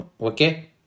Okay